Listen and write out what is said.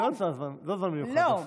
זה לא זמן מיוחד, זה הפוך.